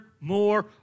more